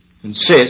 consists